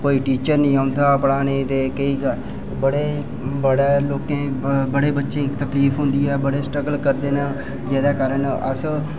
कोई टीचर नी औंदा पढ़ाने गी बड़े लोकें गी बड़े बच्चें गीं परेशानी होंदी बड़ा स्ट्रगल करदे न जेह्दे कारण